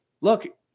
Look